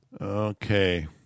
Okay